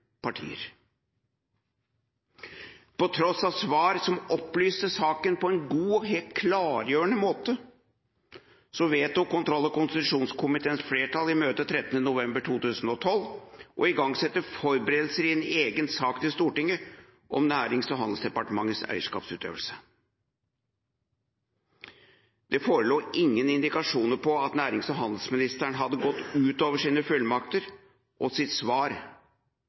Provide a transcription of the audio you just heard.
På tross av svar som opplyste saken på en god og helt klargjørende måte, vedtok kontroll- og konstitusjonskomiteens flertall i møte 13. november 2012 å igangsette forberedelser i en egen sak til Stortinget om Nærings- og handelsdepartementets eierskapsutøvelse. Det forelå ingen indikasjoner på at nærings- og handelsministeren hadde gått utover sine fullmakter og sitt